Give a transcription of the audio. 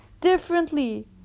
differently